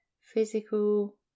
physical